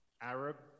arab